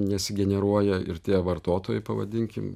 nesigeneruoja ir tie vartotojai pavadinkim